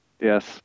Yes